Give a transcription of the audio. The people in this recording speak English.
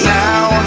now